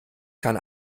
kann